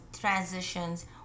transitions